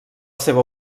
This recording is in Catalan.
seva